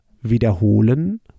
wiederholen